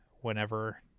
whenever